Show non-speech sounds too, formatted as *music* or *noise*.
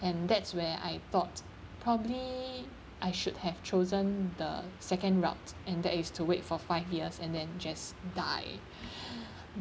and that's where I thought probably I should have chosen the second route and that is to wait for five years and then just die *breath*